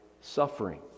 suffering